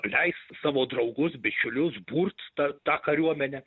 leist savo draugus bičiulius burt tą tą kariuomenę